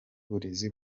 burezi